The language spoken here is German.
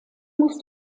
muss